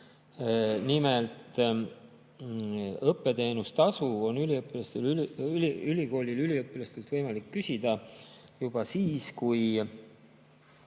Nimelt, õppeteenustasu on ülikoolil üliõpilaselt võimalik küsida juba siis, kui